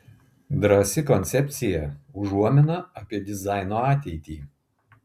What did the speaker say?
drąsi koncepcija užuomina apie dizaino ateitį